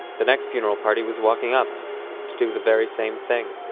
the next funeral party was walking up to do the very same thing